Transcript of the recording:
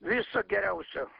viso geriausio